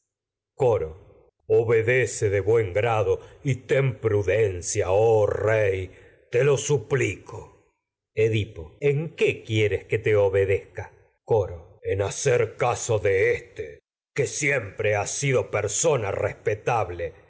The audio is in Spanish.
coro obedece de buen grado y ten prudencia oh rey te lo suplico edipo en qué quieres que te obedezca hacer caso coro en de éste que siempre ha sido persona respetable